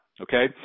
okay